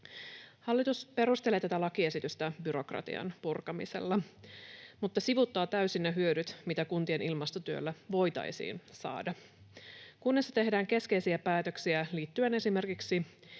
Hallitus perustelee tätä lakiesitystä byrokratian purkamisella, mutta sivuuttaa täysin ne hyödyt, mitä kuntien ilmastotyöllä voitaisiin saada. Kunnissa tehdään keskeisiä päätöksiä liittyen esimerkiksi